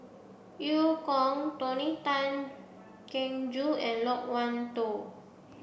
Eu Kong Tony Tan Keng Joo and Loke Wan Tho